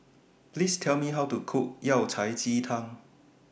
Please Tell Me How to Cook Yao Cai Ji Tang